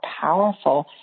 powerful